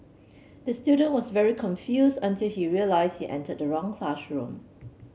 the student was very confused until he realised he entered the wrong classroom